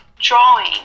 drawing